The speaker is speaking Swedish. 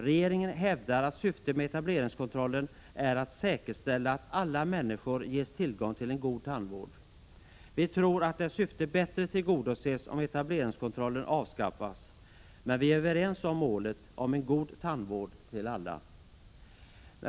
Regeringen hävdar att syftet med etableringskontrollen är att säkerställa att alla människor ges tillgång till en god tandvård. Vi tror att det syftet bättre tillgodoses om etableringskontrollen avskaffas. Men vi är överens om målet om en god tandvård till alla.